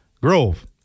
Grove